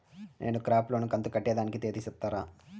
నేను crop loan కంతు కట్టేదానికి తేది సెప్తారా?